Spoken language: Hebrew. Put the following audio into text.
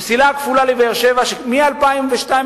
המסילה הכפולה לבאר-שבע מ-2002,